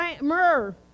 myrrh